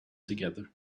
together